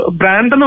brand